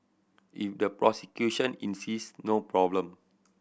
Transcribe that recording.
if the prosecution insist no problem